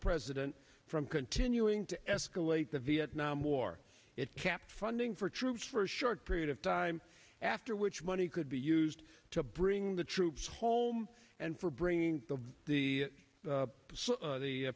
president from continuing to escalate the vietnam war it kept funding for troops for a short period of time after which money could be used to bring the troops home and for bringing the the